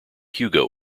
hugo